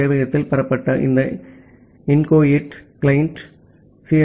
சேவையகத்தால் பெறப்பட்ட இந்த இன்கோயேட் கிளையன்ட் சி